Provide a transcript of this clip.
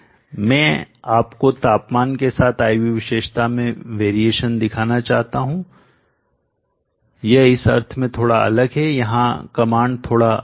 मैं आपको तापमान के साथ IV विशेषता में वेरिएशनपरिवर्तन दिखाना चाहता हूं यह इस अर्थ में थोड़ा अलग है कि यहां कमांड थोड़ा अलग है